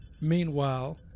Meanwhile